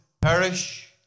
Perish